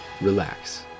relax